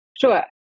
Sure